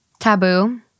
Taboo